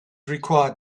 required